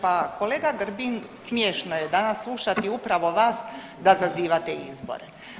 Pa kolega Grbin smiješno je danas slušati upravo vas da zazivate izbore.